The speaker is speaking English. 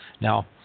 Now